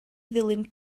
ddilyn